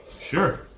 Sure